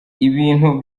ibintu